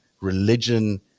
religion